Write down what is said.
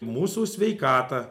mūsų sveikatą